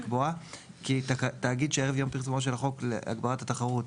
לקבוע כי תאגיד שערב יום פרסומו של החוק להגברת התחרות